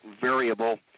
variable